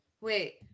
Wait